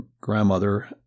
grandmother